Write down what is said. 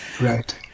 Right